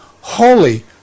holy